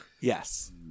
Yes